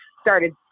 started